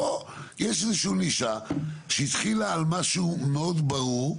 פה, יש איזושהי נישה שהתחילה על משהו מאוד ברור,